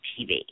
TV